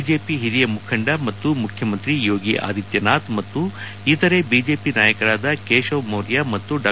BJP ಹಿರಿಯ ಮುಖಂಡ ಮತ್ತು ಮುಖ್ಯಮಂತ್ರಿ ಯೋಗಿ ಆದಿತ್ಲನಾಥ್ ಮತ್ತು ಇತರ ಬಿಜೆಪಿ ನಾಯಕರಾದ ಕೇಶವ್ ಮೌರ್ಯ ಮತ್ತು ಡಾ